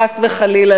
חס וחלילה,